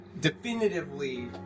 definitively